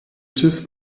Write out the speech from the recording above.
tüv